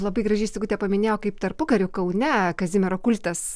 labai gražiai sigutė paminėjo kaip tarpukariu kaune kazimiero kultas